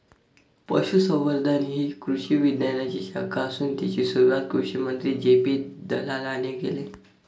पशुसंवर्धन ही कृषी विज्ञानाची शाखा असून तिची सुरुवात कृषिमंत्री जे.पी दलालाने केले